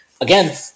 again